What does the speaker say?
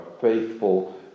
faithful